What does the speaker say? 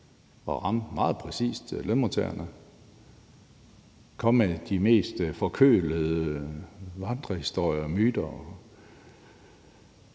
har valgt meget præcist at ramme lønmodtagerne, komme med de mest forkølede vandrehistorier, myter